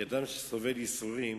כי אדם שסובל ייסורים,